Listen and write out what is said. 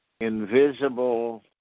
invisible